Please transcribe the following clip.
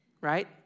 right